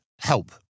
help